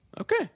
Okay